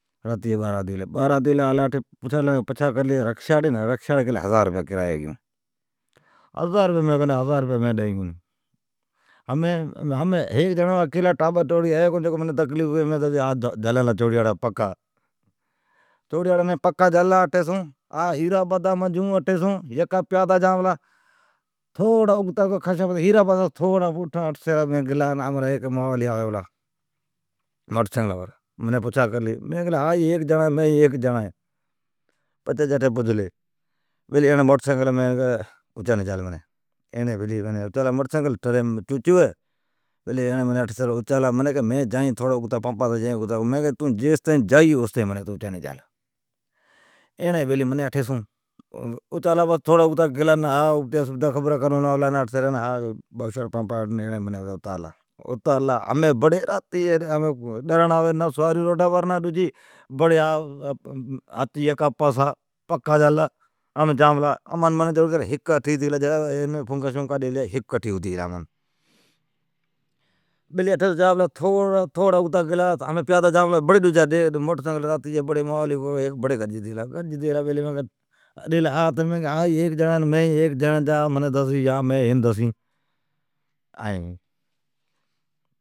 راتی جی بارھن ھتی گلی، رکشی پچھالی رکشاڑی کیلی ھزار رپیا کرایا گیئین مین کیلی ھزار رپیا کونی ڈین، مان بھیڑی ٹابر ٹوڑیین ھتین کونی جکو منین تقلیف ھوی، مین جھلین لا چھوڑیاڑا پکا مین آوین پلا ھیرابادا بچون یکا پیادا جا پلا ۔ہیراآباع تھوڑا اگتی تھڑا پوٹھا گلا ۔ڈیکھین تو ھیک موالی آوی پلا، ہیک موٹرسائیکلام پر مین کیلی ھا ھیک جیران ہے تو مین بھی ھیک جیڑان ہے پچھی جٹھی پجلی۔ مین این کیلی بیلی اچانی جا منین، ٹھریم چچ ھوی، ایڑین منین کیلی مین اٹھی اگتا جائین پنپا تائین۔ مین این کیلی جیستائین تون جیئی اوستائین منین اچانی چال۔ ھو اگتا جتی ابھتیا خبرا کرون لاگلا، بائو شاھ اوڑین اتار بڑی منین ڈرڑ اوی مین روڈام کو سواری نا ڈجی۔ بڑی ھچ روڈا جا پاسا، پکا جھللا مین جان پلا جھڑو کر منین ھک اٹھی ھتی گلا، بیلی اٹھیس جان پلا تھوڑا اگتا پیادا جا پلا بڑی ڈجا موٹر سائیکل، بڑی موالی ڈجا گڈجالا، ڈیلا مین ھاتھ، او ئی ھیک جیڑان مین بھی ھیک جیڑان، او من دسی یا مین اون دسین ائین